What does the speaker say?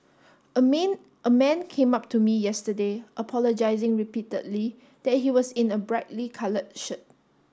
a a man came up to me yesterday apologising repeatedly that he was in a brightly coloured shirt